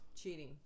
cheating